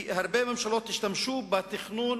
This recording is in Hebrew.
והרבה ממשלות השתמשו בתכנון